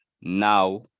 now